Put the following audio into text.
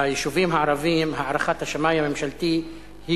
ביישובים הערביים הערכת השמאי הממשלתי היא